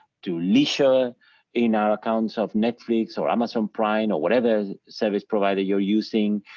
to leisure in our accounts of netflix or amazon prime or whatever service provider you're using.